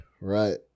Right